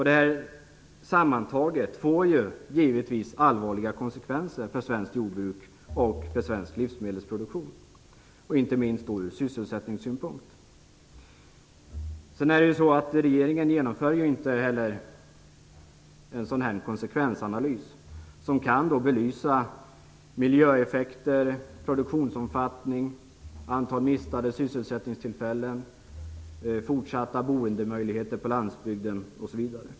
Detta sammantaget får givetvis allvarliga konsekvenser för svenskt jordbruk och för svensk livsmedelsproduktion, inte minst ur sysselsättningssynpunkt. Regeringen genomför inte heller en konsekvensanalys som kan belysa miljöeffekter, produktionsomfattning, antal missade sysselsättningstillfällen, fortsatta boendemöjligheter på landsbygden osv.